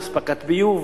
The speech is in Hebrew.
לביוב,